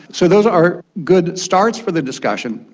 so those are good starts for the discussion.